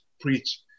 preach